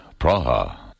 Praha